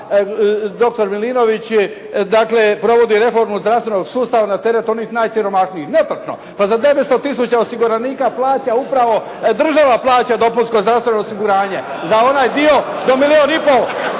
da dr. Milinović dakle provodi reformu zdravstvenog sustava na teret onih najsiromašnijih. Netočno, pa za 900 tisuća osiguranika plaća upravo država plaća dopunsko zdravstveno osiguranje. Za onaj dio do milijun i pol